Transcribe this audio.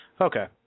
Okay